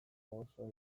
oso